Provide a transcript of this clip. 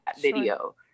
video